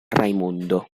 raimondo